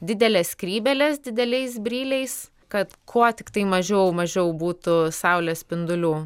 didelės skrybėlės dideliais bryliais kad kuo tiktai mažiau mažiau būtų saulės spindulių